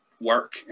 work